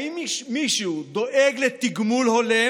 האם מישהו דואג לתגמול הולם?